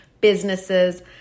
businesses